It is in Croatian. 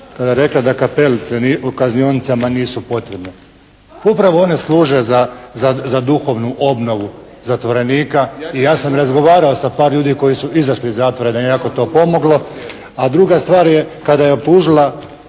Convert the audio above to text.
kada je rekla da kapelice u kaznionicama nisu potrebne. Upravo one služe za duhovnu obnovu zatvorenika i ja sam razgovarao sa par ljudi koji su izašli iz zatvora. Njima je to jako pomoglo. A druga stvar je kada je optužila